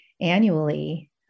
annually